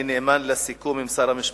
ואני נאמן לסיכום עם שר המשפטים,